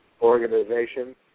organization